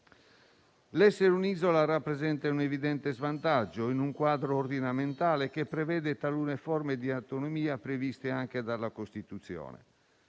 L'essere un'isola rappresenta un evidente svantaggio in un quadro ordinamentale che prevede talune forme di autonomia previste anche dalla Costituzione.